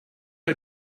you